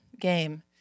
game